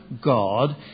God